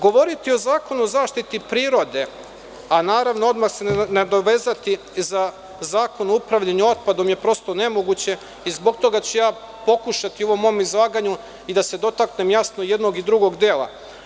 Govoriti o Zakonu o zaštiti prirode, a naravno odmah se nadovezati za Zakon o upravljanju otpadom je prosto ne moguće i zbog toga ću pokušati u ovom mom izlaganju i da se dotaknem jasno jednog i drugog dela.